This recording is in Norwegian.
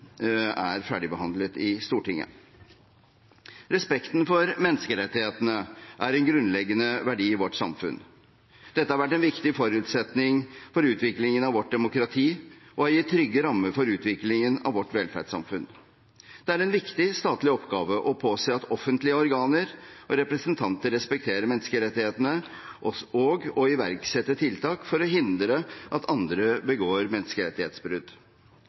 er ferdigbehandlet i Stortinget. Respekten for menneskerettighetene er en grunnleggende verdi i vårt samfunn. Dette har vært en viktig forutsetning for utviklingen av vårt demokrati og har gitt trygge rammer for utviklingen av vårt velferdssamfunn. Det er en viktig statlig oppgave å påse at offentlige organer og representanter respekterer menneskerettighetene, og å iverksette tiltak for å hindre at andre begår menneskerettighetsbrudd.